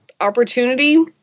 opportunity